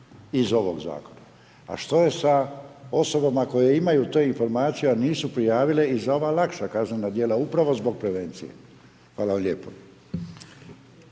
iz ovog Zakona. A što je sa osobama koje imaju te informacije, a nisu prijavile i za ova lakša kaznena djela upravo zbog prevencije? Hvala vam lijepo.